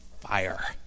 fire